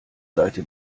seite